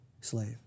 slave